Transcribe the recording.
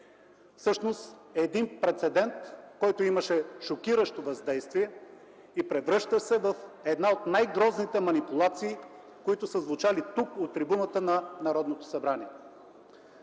това е един прецедент, който имаше шокиращо въздействие и превръщащ се в една от най-грозните манипулации, които са звучали тук от трибуната на Народното събрание.